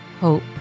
hope